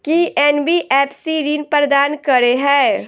की NBFC ऋण प्रदान करे है?